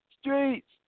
Streets